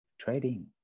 trading